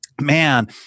man